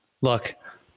look